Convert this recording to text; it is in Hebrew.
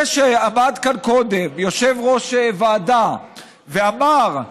זה שעמד כאן קודם יושב-ראש ועדה ואמר: